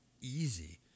easy